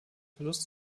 verlust